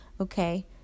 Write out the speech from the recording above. okay